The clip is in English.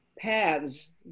paths